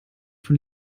von